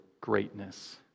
greatness